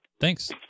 Thanks